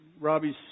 Robbie's